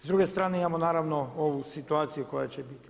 S druge strane imamo naravno ovu situaciju koja će biti.